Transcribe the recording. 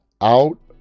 out